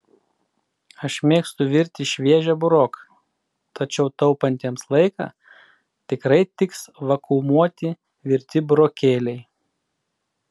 aš mėgstu virti šviežią buroką tačiau taupantiems laiką tikrai tiks vakuumuoti virti burokėliai